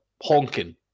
honking